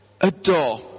Adore